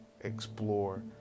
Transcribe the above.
explore